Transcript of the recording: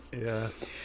Yes